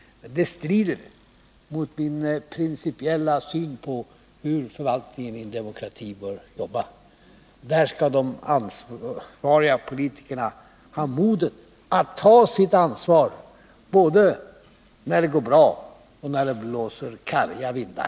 Det strider mot min principiella syn på hur förvaltningen i en demokrati bör jobba. De ansvariga politikerna skall ha modet att ta sitt ansvar både när det går bra och när det blåser kalla vindar.